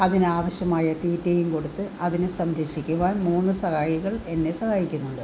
അതിനാവശ്യമായ തീറ്റയും കൊടുത്ത് അതിനെ സംരക്ഷിക്കുവാൻ മൂന്ന് സഹായികൾ എന്നെ സഹായിക്കുന്നുണ്ട്